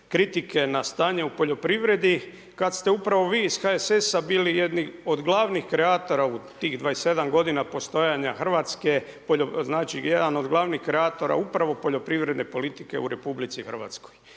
na stanju u poljoprivredi kad ste upravo vi iz HSS-a bili jedni od glavnih kreatora u tih 27 g. postojanja Hrvatske. Znači jedan od glavnih kreatora upravo poljoprivredne politike u RH.